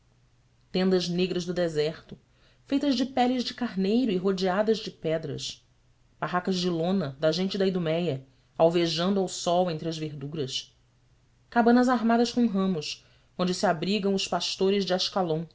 tendas negras do deserto feitas de peles de carneiro e rodeadas de pedras barracas de lona da gente da iduméia alvejando ao sol entre as verduras cabanas armadas com ramos onde se abrigam os pastores de ascalon